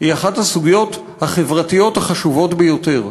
היא אחת הסוגיות החברתיות החשובות ביותר,